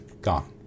gone